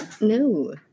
No